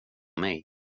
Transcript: mig